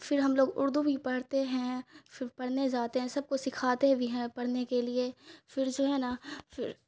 فر ہم لوگ اردو بھی پڑھتے ہیں فر پڑھنے زاتے ہیں سب کو سکھاتے بھی ہیں پڑھنے کے لیے پھر جو ہے نا پھر